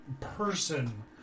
person